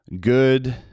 good